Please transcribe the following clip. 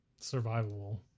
survivable